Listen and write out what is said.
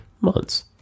Months